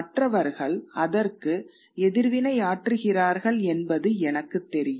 மற்றவர்கள் அதற்கு எதிர்வினையாற்றுகிறார்கள் என்பது எனக்குத் தெரியும்